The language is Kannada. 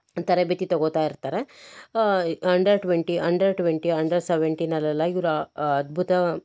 ತರಬೇತಿ ತೊಗೊಳ್ತಾ ಇರ್ತಾರೆ ಇ under twenty under twenty under ಸೆವೆಂಟೀನಲ್ಲೆಲ್ಲ ಇವರು ಅದ್ಭುತ